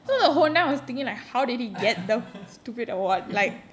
oh